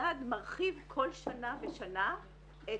המדד מרחיב כל שנה ושנה את